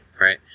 right